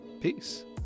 peace